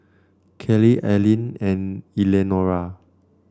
Kellie Arline and Eleanora